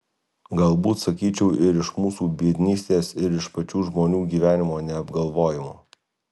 galbūt sakyčiau ir iš mūsų biednystės ir iš pačių žmonių gyvenimo neapgalvojimo